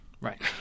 Right